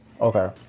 Okay